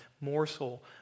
morsel